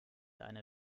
eine